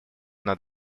над